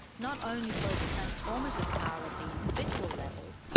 not only for its transformative power at the individual level,